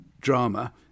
drama